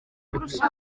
kurusha